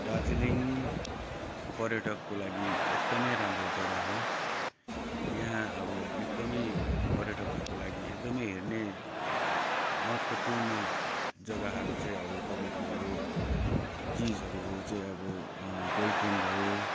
दार्जिलिङ पर्यटकको लागि एकदमै राम्रो जग्गा हो यहाँ अब एकदमै पर्यटकहरूको लागि एकदमै हेर्ने महत्त्वपूर्ण जग्गाहरू चाहिँ अब तपाईँको हो चिजहरू हो चाहिँ अब टोइ ट्रेन भयो